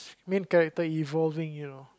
main character evolving you know